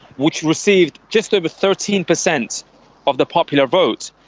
which receives just over thirteen percent of the popular vote,